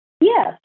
Yes